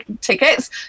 tickets